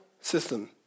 system